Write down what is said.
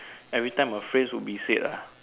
every time a phrase would be said ah